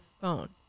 phone